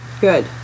Good